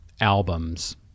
albums